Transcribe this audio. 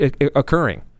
occurring